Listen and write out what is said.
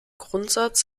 grundsatz